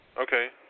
Okay